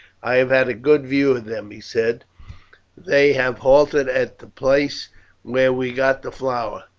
i have had a good view of them, he said they have halted at the place where we got the flour.